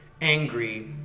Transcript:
angry